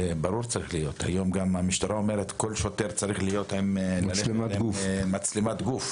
הרי היום המשטרה אומרת שכל שוטר צריך להיות עם מצלמת גוף